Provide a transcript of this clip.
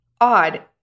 odd